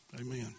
Amen